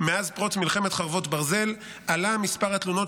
מאז פרוץ מלחמת חרבות ברזל עלה מספר התלונות